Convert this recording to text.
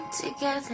together